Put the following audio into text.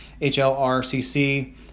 hlrcc